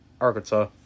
Arkansas